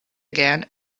again